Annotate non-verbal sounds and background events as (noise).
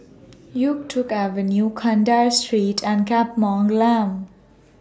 Yuk Tong Avenue Kandahar Street and (unintelligible) Glam